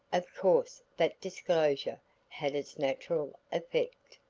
of course that disclosure had its natural effect.